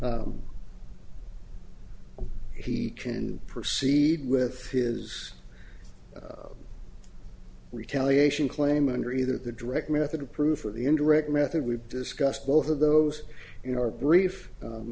s he can proceed with his retaliation claim under either the direct method of proof or the indirect method we've discussed both of those in our brief